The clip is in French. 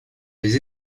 des